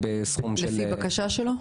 לפי בקשה שלו?